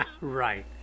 Right